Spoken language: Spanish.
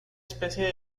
especie